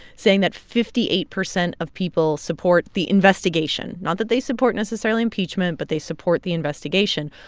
saying that fifty eight percent of people support the investigation not that they support necessarily impeachment but they support the investigation.